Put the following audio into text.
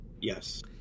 Yes